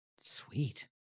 Sweet